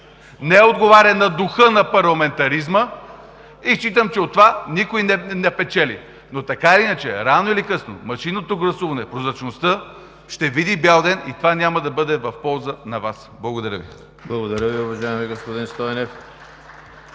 не отговаря на духа на парламентаризма и считам, че от това никой не печели. Така или иначе, рано или късно машинното гласуване, прозрачността ще види бял ден и това няма да бъде в полза на Вас. Благодаря. ПРЕДСЕДАТЕЛ ЕМИЛ ХРИСТОВ: Благодаря Ви, уважаеми господин Стойнев.